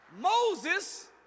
Moses